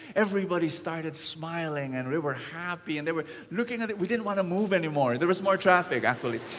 everybody started smiling and we were happy. and they were looking at it. we didn't want to move anymore. there was more traffic actually.